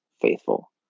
faithful